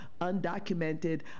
undocumented